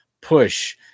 push